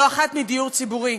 לא אחת מדיור ציבורי,